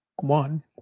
One